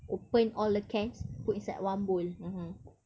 open all the cans put inside one bowl